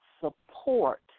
support